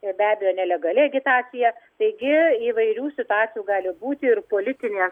be abejo nelegali agitacija taigi įvairių situacijų gali būti ir politinės